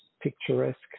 picturesque